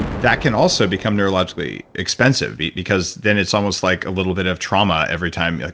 and that can also become neurologically expensive because then it's almost like a little bit of trauma every time.